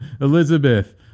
Elizabeth